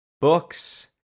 books